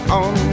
on